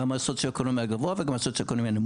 גם מהסוציואקונומי הגבוה וגם הנמוך